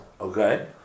Okay